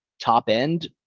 top-end